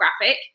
graphic